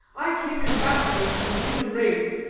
i came ambassador from the human race,